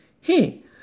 Hey